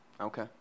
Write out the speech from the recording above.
okay